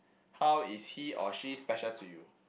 how is he or she special to you